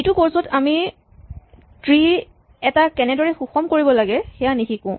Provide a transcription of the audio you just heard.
এই টো কৰ্চ ত আমি ট্ৰী এটা কেনেদৰে সুষম কৰিব লাগে সেয়া নিশিকো